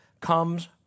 comes